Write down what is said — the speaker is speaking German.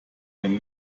ein